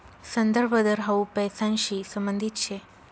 संदर्भ दर हाउ पैसांशी संबंधित शे